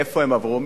לאיפה הם עברו?